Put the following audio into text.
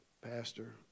Pastor